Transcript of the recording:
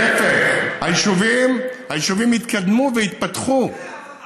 להפך, היישובים יתקדמו ויתפתחו.